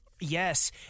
yes